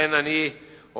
לכן אני אומר,